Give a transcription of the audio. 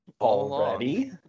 already